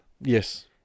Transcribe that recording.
Yes